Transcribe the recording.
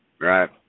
right